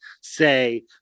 say